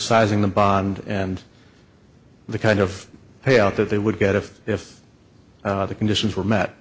sizing the bond and the kind of payout that they would get if if the conditions were met